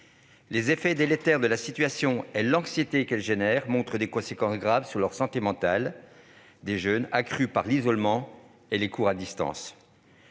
Les effets délétères de la situation et l'anxiété qu'elle suscite ont des conséquences graves sur la santé mentale des jeunes, accrues par l'isolement et les cours à distance.